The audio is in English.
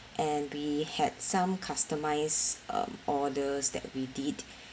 and we had some customise um orders that we did